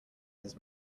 his